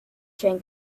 chain